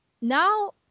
now